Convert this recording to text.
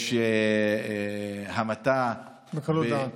יש המתה, בקלות דעת.